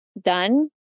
done